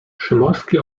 przymorski